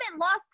lost